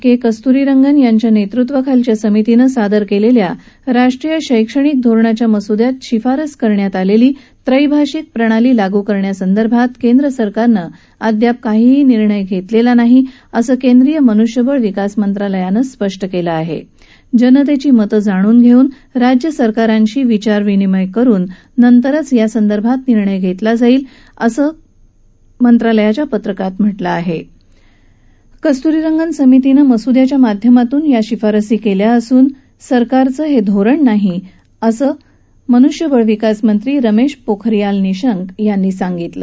का कस्त्रीरंगन यांच्या नप्रत्वाखालील समितीनं सादर कालाम्या राष्ट्रीय शैक्षणिक धोरणाच्या मस्द्यात शिफारस कालामी त्रैभाषिक प्रणाली लागू करण्यासंदर्भात केंद्र सरकारनं अद्याप कोणताही निर्णय घप्तलमा नाही असं केंद्रीय मन्ष्यबळ विकास मंत्रालयानं स्पष् कालं आह जनतघ्री मतं जाणून घर्फन राज्य सरकारांशी विचारविनिमय करूनच यासंदर्भात निर्णय घम्मा जाईल असं मन्ष्यबळ विकास मंत्रालयानं जारी क्लम्म्या पत्रकात म्ह लं आह कस्त्रीरंगन समितीनं मस्द्याच्या माध्यमातून शिफारसी काळ्या असून हा सरकारचं धोरण नाही असं मन्ष्यबळ विकास मंत्री रमश पोखरीयाल निशंक यांनी स्पष्ट कालं